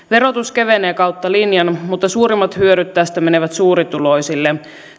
verotus kevenee kautta linjan mutta suurimmat hyödyt tästä menevät suurituloisille